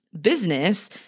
business